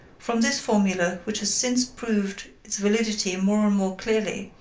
from this formula, which has since proved its validity more and more clearly,